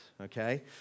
Okay